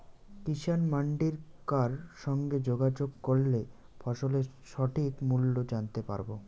কিষান মান্ডির কার সঙ্গে যোগাযোগ করলে ফসলের সঠিক মূল্য জানতে পারবো?